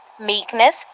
meekness